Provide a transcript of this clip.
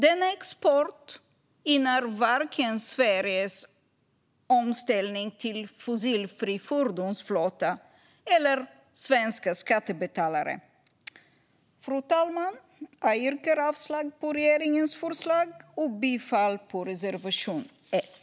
Denna export gynnar varken Sveriges omställning till fossilfri fordonsflotta eller svenska skattebetalare. Fru talman! Jag yrkar avslag på regeringens förslag och bifall till reservation 1.